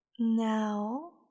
now